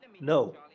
No